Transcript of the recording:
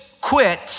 quit